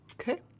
Okay